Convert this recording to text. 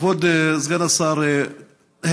כבוד סגן השר,